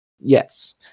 Yes